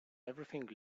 everything